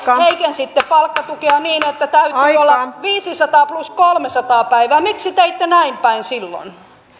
heikensitte palkkatukea niin että täytyi olla viisisataa plus kolmesataa päivää miksi teitte näin päin silloin